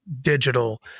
digital